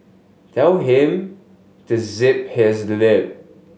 tell him to zip his lip